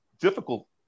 difficult